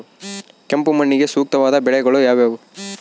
ಕೆಂಪು ಮಣ್ಣಿಗೆ ಸೂಕ್ತವಾದ ಬೆಳೆಗಳು ಯಾವುವು?